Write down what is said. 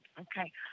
okay